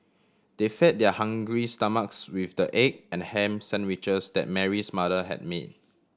they fed their hungry stomachs with the egg and ham sandwiches that Mary's mother had made